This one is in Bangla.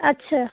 আচ্ছা